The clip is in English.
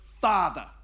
Father